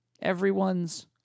Everyone's